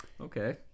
Okay